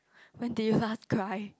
when did you last cry